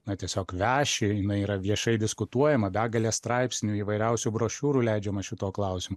na tiesiog vešei jinai yra viešai diskutuojama begalė straipsnių įvairiausių brošiūrų leidžiama šituo klausimu